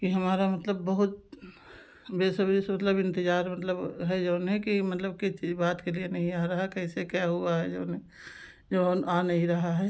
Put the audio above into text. कि हमारा मतलब बहुत बेसब्री से मतलब इंतजार मतलब है जो है कि मतलब किस चीज़ बात के लिए नहीं आ रहा कैसे क्या हुआ है जो है जो आ नहीं रहा है